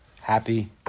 Happy